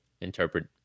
interpret